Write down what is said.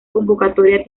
convocatoria